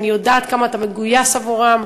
ואני יודעת כמה אתה מגויס עבורם,